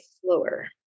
slower